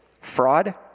Fraud